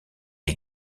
est